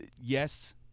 yes